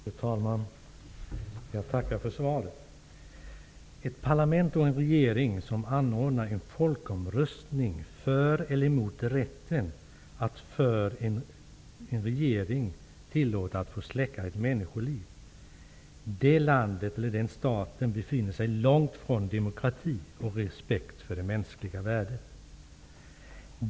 Fru talman! Jag tackar för svaret. Ett land med ett parlament och en regering som anordnar en folkomröstning för eller emot rätten för en regering att släcka ett människoliv befinner sig långt ifrån demokrati och respekt för det mänskliga värdet.